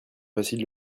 facile